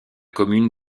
commune